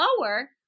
lower